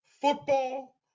football